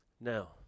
Now